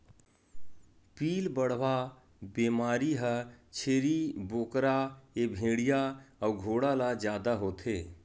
पिलबढ़वा बेमारी ह छेरी बोकराए भेड़िया अउ घोड़ा ल जादा होथे